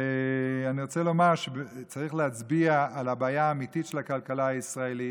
ואני רוצה לומר שצריך להצביע על הבעיה האמיתית של הכלכלה הישראלית.